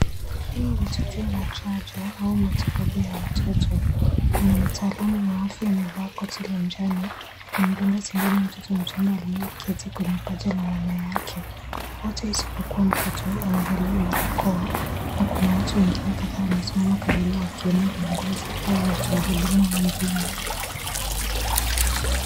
Hili ni tukio la chanjo au matibabu ya watoto . Kuna mtaalamu wa afya amevaa koti la njano akimdunga sindano mtoto mchanga aliyeketi kwenye paja ya mama yake . Wote isipokua mtoto wamevalia barakoa na kuna watu wengine kadhaa wamesimama karibu wakiwemo viongozi au watu wa huduma wengine.